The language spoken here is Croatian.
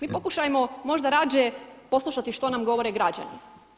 Mi pokušajmo možda rađe, poslušati što nam govore građani.